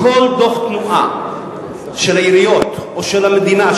מכל דוח תנועה של העיריות או של המדינה,